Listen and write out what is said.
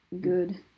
good